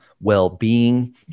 well-being